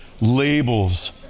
labels